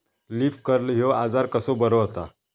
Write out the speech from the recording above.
Leaf curl ह्यो आजार कसो बरो व्हता?